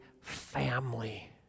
family